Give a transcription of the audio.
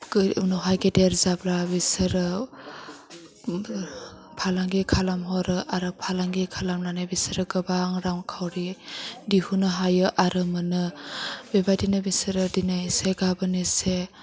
उनावहाय गेदेर जाब्ला बिसोरो फालांगि खालाम हरो आरो फालांगि खालामनानै बिसोरो गोबां रां खावरि दिहुनो हायो आरो मोन्नो बेबायदिनो बिसोरो दिनै एसे गाबोन एसे